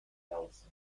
nelson